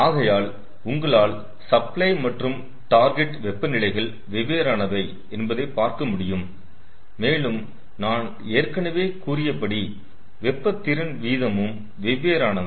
ஆகையால் உங்களால் சப்ளை மற்றும் டார்கெட் வெப்ப நிலைகள் வெவ்வேறானவை என்பதைப் பார்க்க முடியும் மேலும் நான் ஏற்கனவே கூறிய படி வெப்ப திறன் விதமும் வெவ்வேறானவை